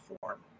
form